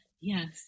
yes